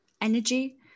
energy